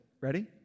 Ready